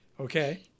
Okay